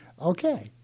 Okay